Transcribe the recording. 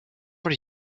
were